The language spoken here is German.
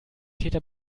täter